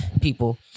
people